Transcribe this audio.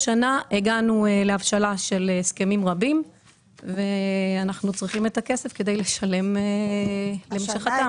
השנה להבשלה של הסכמים רבים שאנחנו צריכים את הכסף כדי לשלם למי שחתם.